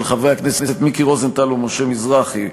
של חברי הכנסת מיקי רוזנטל ומשה מזרחי,